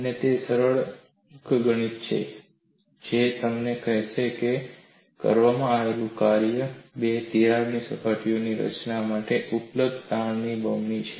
અને તે સરળ અંકગણિત છે જે તમને કહેશે કે કરવામાં આવેલું કાર્ય બે નવી તિરાડ સપાટીઓની રચના માટે ઉપલબ્ધ તાણની બમણી છે